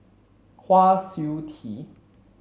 Kwa Siew Tee